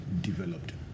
developed